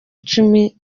icumi